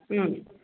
ಹ್ಞೂ